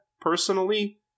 personally